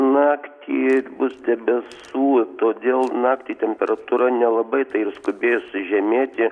naktį bus debesų todėl naktį temperatūra nelabai tai ir skubės žemėti